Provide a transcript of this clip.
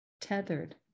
tethered